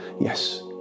Yes